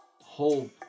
whole